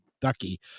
ducky